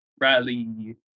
Riley